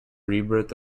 rebirth